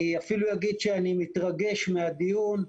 אני אפילו אגיד שאני מתרגש מהדיון.